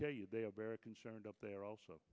tell you they are very concerned up there also